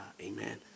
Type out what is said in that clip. amen